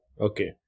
Okay